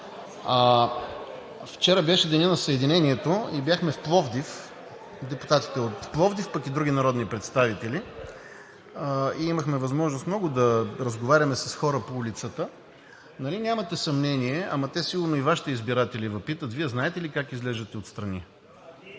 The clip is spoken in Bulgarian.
Вчера беше денят на Съединението и бяхме в Пловдив – депутатите от Пловдив, пък и други народни представители. Имахме възможност много да разговаряме с хора по улицата. Нали нямате съмнения, сигурно и Вашите избиратели Ви питат: знаете ли как изглеждате отстрани?